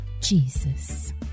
Jesus